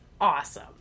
awesome